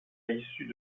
issus